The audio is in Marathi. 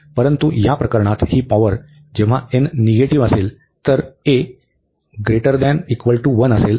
परंतु या प्रकरणात ही पॉवर जेव्हा n निगेटिव्ह असेल तर a≥1 असेल